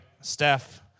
Steph